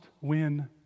win